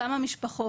כמה משפחות.